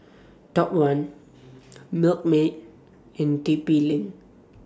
Top one Milkmaid and T P LINK